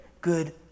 good